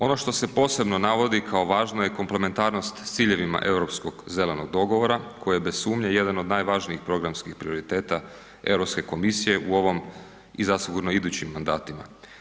Ono što se posebno navodi kao važno je komplementarnost s ciljevima Europskog zelenog dogovora koji je bez sumnje jedan od najvažnijih programskih prioriteta Europske komisije u ovom i zasigurno idućim mandatima.